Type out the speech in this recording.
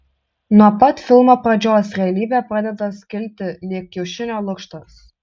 nuo pat filmo pradžios realybė pradeda skilti lyg kiaušinio lukštas